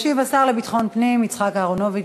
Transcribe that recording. ישיב השר לביטחון פנים יצחק אהרונוביץ.